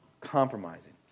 Compromising